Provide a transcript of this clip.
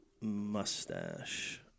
mustache